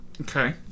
Okay